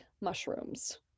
mushrooms